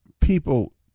People